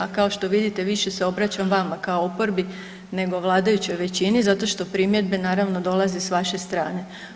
A kao što vidite više se obraćam vama kao oporbi, nego vladajućoj većini zato što primjedbe naravno dolaze sa vaše strane.